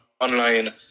online